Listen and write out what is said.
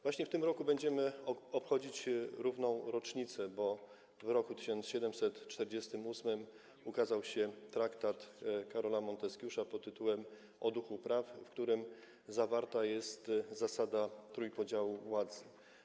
Właśnie w tym roku będziemy obchodzić równą rocznicę, bo w roku 1748 ukazał się traktat Karola Monteskiusza pt. „O duchu praw”, w którym zawarta została zasada trójpodziału władzy.